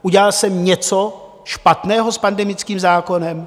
Udělal jsem něco špatného s pandemickým zákonem?